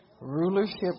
rulership